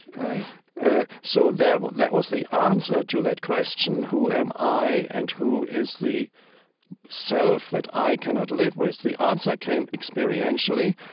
right ah so that that was the answer to that question, who am i and who is the self that i cannot live with? the answer came experientially.